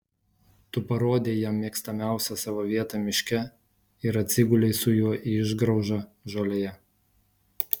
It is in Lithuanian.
tu parodei jam mėgstamiausią savo vietą miške ir atsigulei su juo į išgraužą žolėje